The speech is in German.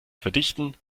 verdichten